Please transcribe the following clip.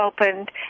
opened